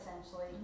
essentially